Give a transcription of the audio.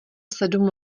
sedm